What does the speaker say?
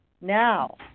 Now